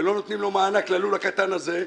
ולא נותנים לו מענק ללול הקטן הזה,